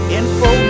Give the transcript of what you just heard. info